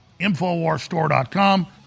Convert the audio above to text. InfoWarsStore.com